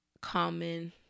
common